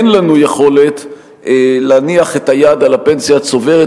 אין לנו יכולת להניח את היד על הפנסיה הצוברת,